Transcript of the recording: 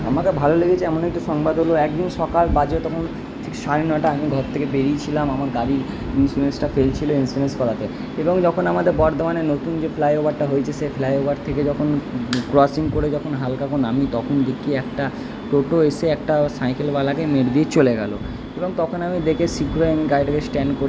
আমাকে ভালো লেগেছে এমন একটি সংবাদ হলো এক দিন সকাল বাজে তখন ঠিক সাড়ে নটা আমি ঘর থেকে বেরিয়েছিলাম আমার গাড়ির ইনসিওরেন্সটা ফেল ছিলো ইনসিওরেন্স করাতে এবং যখন আমাদের বর্ধমানে নতুন যে ফ্লাইওভারটা হয়েছে সেই ফ্লাইওভার থেকে যখন ক্রসিং করে যখন হালকা করে নামি তখন দেখি একটা টোটো এসে একটা সাইকেলওয়ালাকে মেরে দিয়ে চলে গেলো এবং তখন আমি দেখে শীঘ্রই আমি গাড়িটাকে স্ট্যান্ড করে